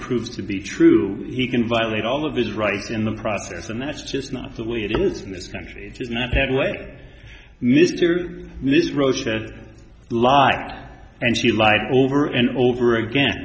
proves to be true he can violate all of his rights in the process and that's just not the way it is in this country it is not that way mr miss roach that live and she lied over and over again